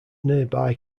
nearby